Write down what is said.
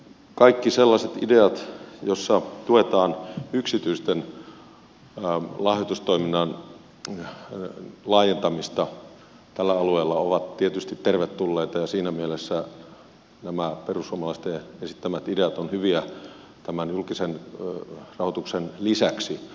kaikki sellaiset ideat joissa tuetaan yksityisten lahjoitustoiminnan laajentamista tällä alueella ovat tietysti tervetulleita ja siinä mielessä nämä perussuomalaisten esittämät ideat ovat hyviä tämän julkisen rahoituksen lisäksi